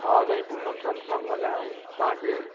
हा साईं पूनम संस मां ॻाल्हायो तव्हां केरु